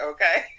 Okay